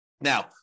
Now